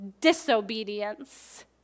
disobedience